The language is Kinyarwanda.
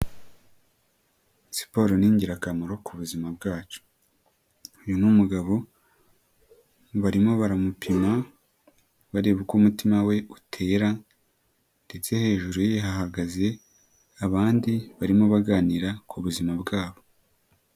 Siporo ni ingirakamaro ku buzima bwacu, uyu ni umugabo barimo baramupima bareba uko umutima we utera ndetse hejuru ye hahagaze abandi barimo baganira ku buzima bwabo.